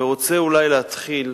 אני רוצה אולי להתחיל,